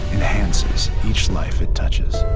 enhances each life it touches.